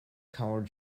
coloured